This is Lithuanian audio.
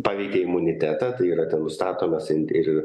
paveikia imunitetą tai yra ten nustatomas in ir